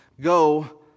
Go